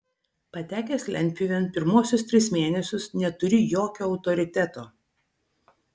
patekęs lentpjūvėn pirmuosius tris mėnesius neturi jokio autoriteto